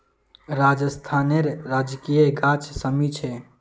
राजस्थानेर राजकीय गाछ शमी छे